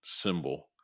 symbol